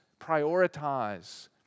prioritize